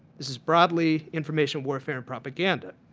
this this broadly information warfare and propaganda.